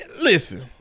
listen